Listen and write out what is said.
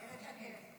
אילת שקד.